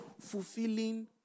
Fulfilling